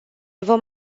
vom